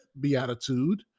beatitude